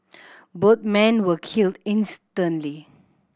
both men were killed instantly